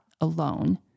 alone